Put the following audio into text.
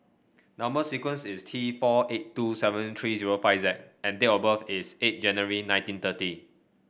number sequence is T four eight two seven three zero five Z and date of birth is eight January nineteen thirty